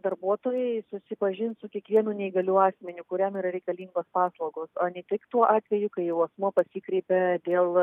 darbuotojai susipažins su kiekvienu neįgaliu asmeniu kuriam yra reikalingos paslaugos o ne tik tuo atveju kai jau asmuo pasikreipia dėl